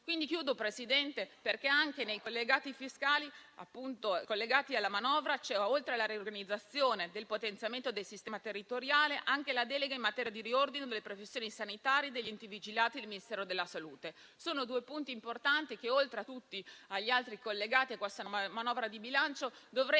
2026. Signor Presidente, nei collegati fiscali collegati alla manovra, oltre alla riorganizzazione e al potenziamento del sistema territoriale, vi è anche la delega in materia di riordino delle professioni sanitarie e degli enti vigilati del Ministero della salute. Sono due punti importanti che, oltre a tutti gli altri collegati a questa manovra di bilancio, dovremo